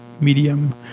medium